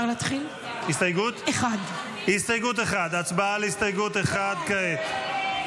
הסתייגות 1. הצבעה על הסתייגות 1, כעת.